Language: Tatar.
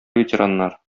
ветераннар